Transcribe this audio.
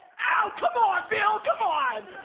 ow! come on bill, come on!